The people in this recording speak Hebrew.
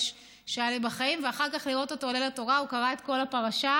בפתח הדברים אני מבקשת לגנות את העניין.